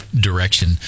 direction